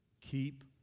Keep